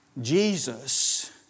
Jesus